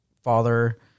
father